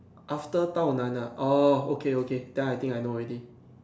after Tao Nan lah ah okay okay then I think I know already